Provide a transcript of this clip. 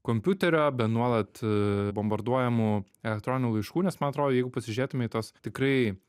kompiuterio be nuolat bombarduojamų elektroninių laiškų nes man atrodo jeigu pasižiūrėtume į tuos tikrai